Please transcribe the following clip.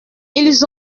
ils